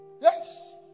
yes